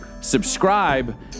subscribe